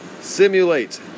Simulate